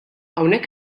hawnhekk